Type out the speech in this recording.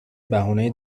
بهونه